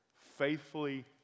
faithfully